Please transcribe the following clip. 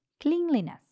Cleanliness